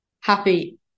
happy